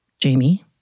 Jamie